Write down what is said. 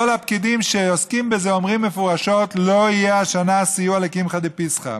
כל הפקידים שעוסקים בזה אומרים מפורשות שלא יהיה השנה סיוע לקמחא דפסחא.